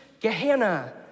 Gehenna